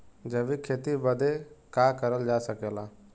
जैविक खेती बदे का का करल जा सकेला?